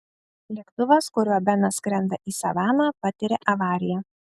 lėktuvas kuriuo benas skrenda į savaną patiria avariją